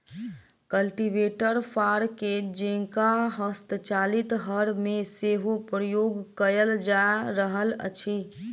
cultivator फार के जेंका हस्तचालित हर मे सेहो प्रयोग कयल जा रहल अछि